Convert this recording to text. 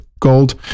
gold